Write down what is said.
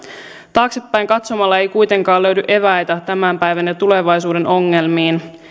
taaksepäin katsomalla ei kuitenkaan löydy eväitä tämän päivän ja tulevaisuuden ongelmiin